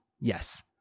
Yes